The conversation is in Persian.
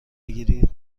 بگیرید